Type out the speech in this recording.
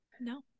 No